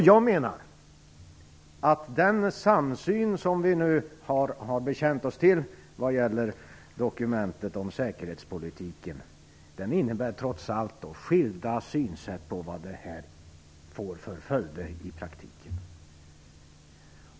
Jag menar att den samsyn som vi nu har bekänt oss till vad gäller dokumentet om säkerhetspolitiken trots allt innebär skilda synsätt i fråga om vilka följder detta får i praktiken.